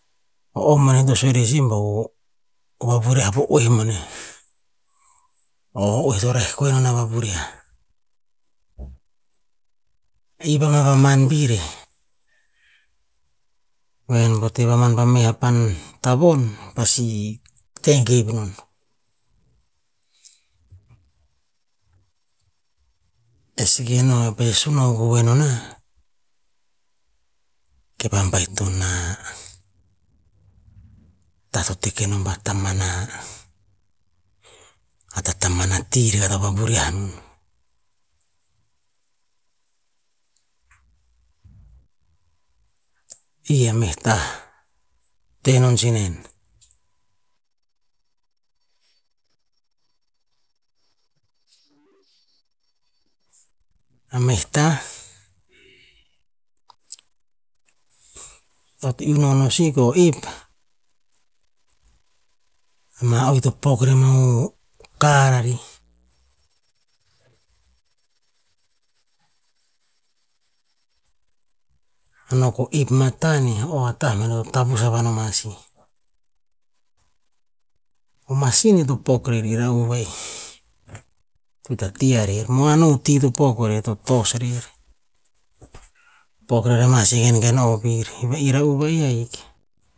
O om boneh to sue reh si ba, o'o vavurian po'oeh boneh, o oeh to reh kuena vavurian. I pa maman vir e, vengen pa teh mamavi pa meh pan tavon, pasi teh gev non. E seke no nah kepa sun ahuk ovoe no nah, ke vavaito na tah to teke nom ba tamana, a tatamana ti rakah to vavurian non, ia meh tah tenon tsinen. A meh tah, e to iuh no non si ko ip, ma o ih to pok re mo o kar ari. No ko ip matan eh o a tah mano tavus ava noma sih, o masin e to pok rer e rara va'ih ita ti are, moan o'o ti to pok rer to tos rere, pok rere ma se kenken o piri, ve rera'u vei ai ahik,